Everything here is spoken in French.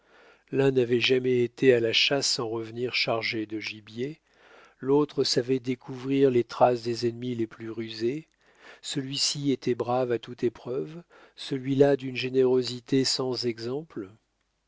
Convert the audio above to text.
l'un n'avait jamais été à la chasse sans revenir chargé de gibier l'autre savait découvrir les traces des ennemis les plus rusés celui-ci était brave à toute épreuve celui-là d'une générosité sans exemple